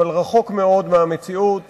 אבל רחוק מאוד מהמציאות,